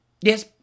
Yes